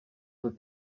veut